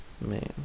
man